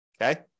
Okay